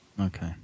okay